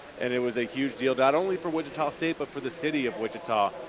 and it was a huge deal not only for wichita state but for the city of wichita.